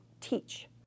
teach